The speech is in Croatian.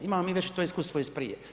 Imamo mi već to iskustvo iz prije.